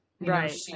right